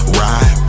ride